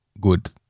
good